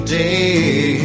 day